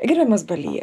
gerbiamas baly